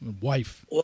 wife